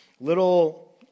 little